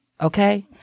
Okay